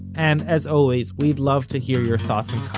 and as always, we'd love to hear your thoughts and